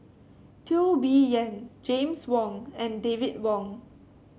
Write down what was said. Teo Bee Yen James Wong and David Wong